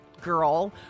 girl